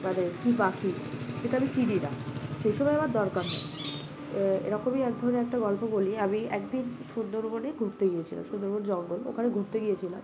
মানে কী পাখি এটা আমি চিনি না সেই সমই আমার দরকার হয় এরকমই এক ধরনের একটা গল্প বলি আমি একদিন সুন্দরবনে ঘুরতে গিয়েছিলাম সুন্দরবন জঙ্গল ওখানে ঘুরতে গিয়েছিলাম